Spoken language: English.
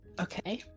Okay